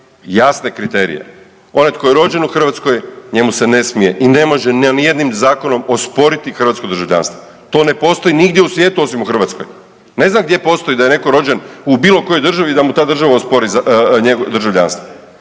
jasne kriterije. Onaj tko je rođen u Hrvatskoj njemu se ne smije i ne može nijednim zakonom osporiti hrvatsko državljanstvo, to ne postoji nigdje u svijetu osim u Hrvatskoj. Ne znam gdje postoji da je neko rođen u bilo kojoj državi da mu ta država ospori državljanstvo.